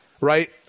right